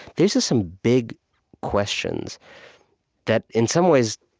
these are some big questions that, in some ways,